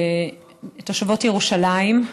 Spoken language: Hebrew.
תושבות ירושלים.